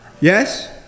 yes